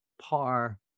par